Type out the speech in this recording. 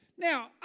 Now